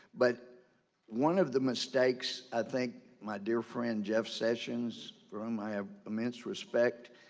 but one of the mistakes i think my dear friend jeff sessions for whom i have immense respect,